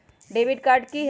Debit card की होई?